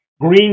Green